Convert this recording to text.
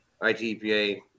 ITPA